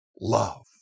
love